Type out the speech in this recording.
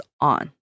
on